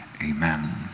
Amen